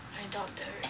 I doubt derrick